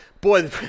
Boy